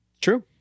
True